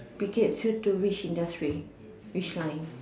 be get through to which industry which kind